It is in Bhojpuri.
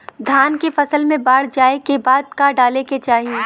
धान के फ़सल मे बाढ़ जाऐं के बाद का डाले के चाही?